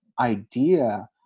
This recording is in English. idea